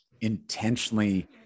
intentionally